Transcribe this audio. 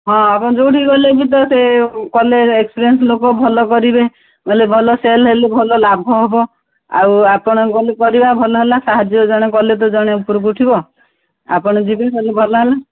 ହଁ ଆପଣ ଯୋଉଠିକି ଗଲେ ବି ତ ସେ କଲେ ଏକ୍ସପିରିଏନ୍ସ ଲୋକ ଭଲ କରିବେ ଯଦି ଭଲ ସେଲ ହେଲେ ଭଲ ଲାଭ ହେବ ଆଉ ଆପଣ ଗଲେ କରିବା ଭଲ ହେଲା ସାହାଯ୍ୟ କରି ଜଣେ ଗଲେ ତ ଜଣେ ଉପରକୁ ଉଠିବ ଆପଣ ଯିବେ ଯଦି ଭଲ ହେଲା